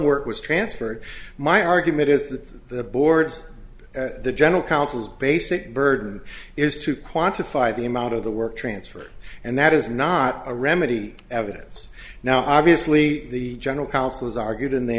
work was transferred my argument is that the board's the general counsel's basic burden is to quantify the amount of the work transfer and that is not a remedy evidence now obviously the general counsel has argued and they